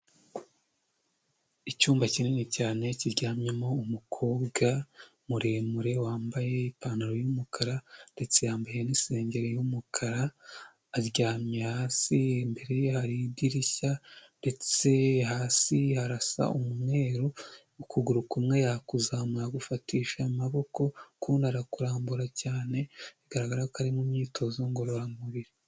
Icyumba kinini cyane kiryamyemo umukobwa muremure wambaye ipantaro y'umukara ndetse yambaye n'isengeri y'umukara aryamye hasi, imbere ye hari idirishya ndetse hasi harasa umweru, ukuguru kumwe yakuzamuye agufatisha amaboko ukundi arakurambura cyane, bigaragara ko ari mu myitozo ngororamubiri.